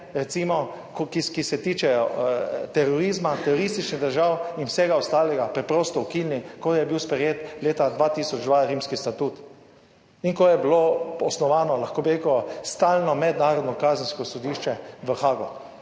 unije, ki se tičejo terorizma, terorističnih držav in vsega ostalega, preprosto ukinili, ko je bil sprejet leta 2002 Rimski statut, in ko je bilo osnovano stalno Mednarodno kazensko sodišče v Haagu.